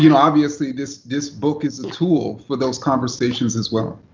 you know obviously, this this book is a tool for those conversations, as well.